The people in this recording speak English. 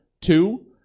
Two